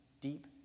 deep